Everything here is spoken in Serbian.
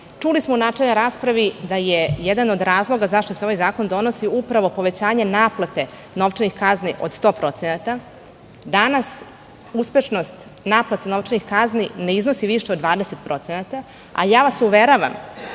smo u načelnoj raspravi da je jedan od razloga zašto se ovaj zakon donosi, upravo povećanje naplate novčanih kazni od 100%. Danas uspešnost naplate novčanih kazni ne iznosi više od 20% a ja vas uveravam